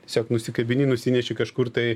tiesiog nusikabini nusineši kažkur tai